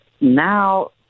now